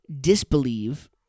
disbelieve